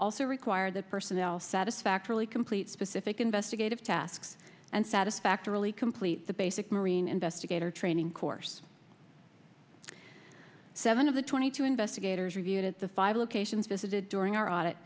also require that personnel satisfactorily complete specific investigative tasks and satisfactorily complete the basic marine investigator training course seven of the twenty two investigators reviewed at the five locations visited during our audit